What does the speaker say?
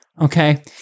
Okay